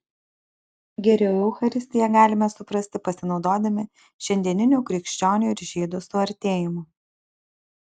geriau eucharistiją galime suprasti pasinaudodami šiandieniniu krikščionių ir žydų suartėjimu